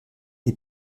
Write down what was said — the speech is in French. des